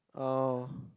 oh